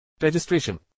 Registration